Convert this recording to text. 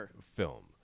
film